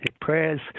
prayers